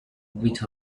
with